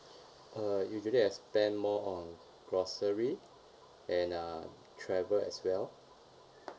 uh usually I spend more on grocery and uh travel as well